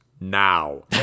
now